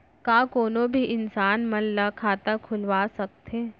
का कोनो भी इंसान मन ला खाता खुलवा सकथे?